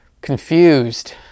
confused